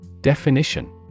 Definition